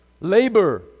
labor